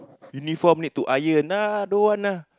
uniform need to iron ah don't want lah